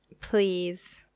Please